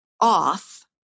off